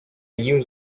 use